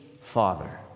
Father